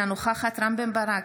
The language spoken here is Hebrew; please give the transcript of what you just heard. אינה נוכחת רם בן ברק,